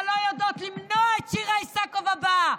אבל לא יודעות למנוע את שירה איסקוב הבאה,